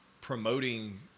promoting